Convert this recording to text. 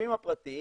הגופים הפרטיים,